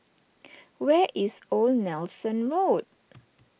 where is Old Nelson Road